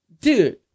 Dude